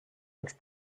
els